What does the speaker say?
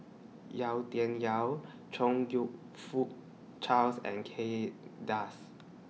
Yau Tian Yau Chong YOU Fook Charles and Kay Das